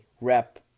rep